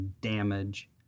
damage